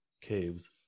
caves